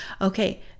Okay